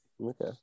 Okay